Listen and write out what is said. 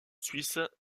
suisse